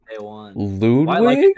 Ludwig